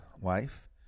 Wife